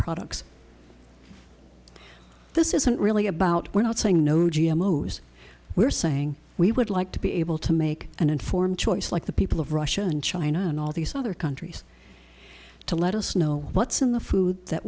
products this isn't really about we're not saying no g m owes we're saying we would like to be able to make an informed choice like the people of russia and china and all these other countries to let us know what's in the food that